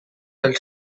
del